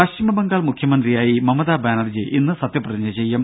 പശ്ചിമ ബംഗാൾ മുഖ്യമന്ത്രിയായി മമത ബാനർജി ഇന്ന് സത്യ പ്രതിജ്ഞ ചെയ്യും